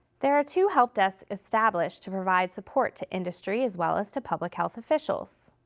there are two help desks established to provide support to industry, as well as to public health officials.